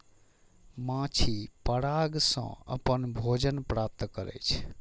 माछी पराग सं अपन भोजन प्राप्त करै छै